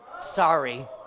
Sorry